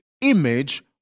image